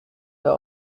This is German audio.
für